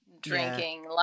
drinking